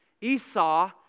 Esau